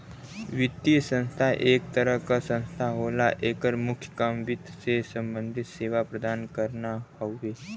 वित्तीय संस्था एक तरह क संस्था होला एकर मुख्य काम वित्त से सम्बंधित सेवा प्रदान करना हउवे